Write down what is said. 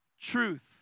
truth